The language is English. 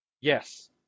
Yes